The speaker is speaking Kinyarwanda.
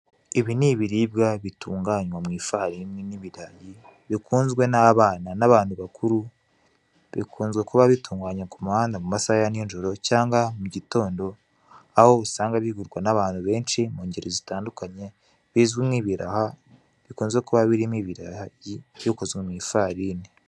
Ibi ni ibiribwa bitunganywa mu ifarini n'ibirayi bikunzwe n'abana n'abantu bakuru bikunzwe kuba bitunganywa ku muhanda mu masaha ya nijoro cyangwa mu gitondo aho usanga bigurwa n'abantu benshi mu ngeri zitandukanye bizwi nk'ibiraha bikunze kuba birimo ibirayi bikozwe mu ifarini.